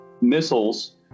missiles